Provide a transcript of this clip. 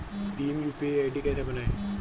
Bhim UPI ID कैसे बनाएं?